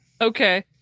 Okay